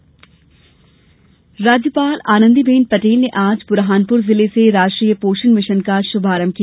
राज्यपाल राज्यपाल आनंदीबेन पटेल ने आज बुरहानपुर जिले से राष्ट्रीय पोषण मिशन का शुभारंभ किया